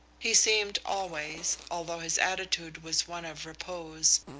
he seemed always, although his attitude was one of repose,